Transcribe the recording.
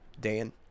Dan